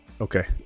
Okay